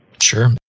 sure